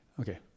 Okay